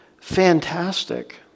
fantastic